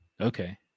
Okay